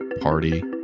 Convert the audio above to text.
party